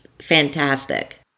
fantastic